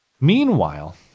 Meanwhile